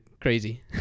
crazy